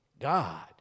God